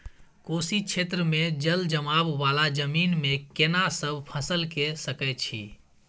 कोशी क्षेत्र मे जलजमाव वाला जमीन मे केना सब फसल के सकय छी?